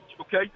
okay